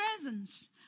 presence